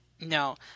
No